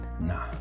nah